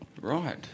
Right